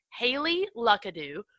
HaleyLuckadoo